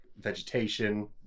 vegetation